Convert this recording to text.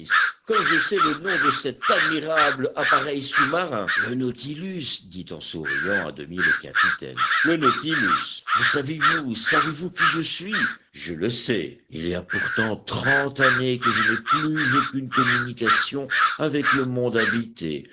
comme je sais le nom de cet admirable appareil sous-marin le nautilus dit en souriant à demi le capitaine le nautilus mais savez-vous savez-vous qui je suis je le sais il y a pourtant trente années que je n'ai plus aucune communication avec le monde habité